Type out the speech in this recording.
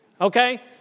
Okay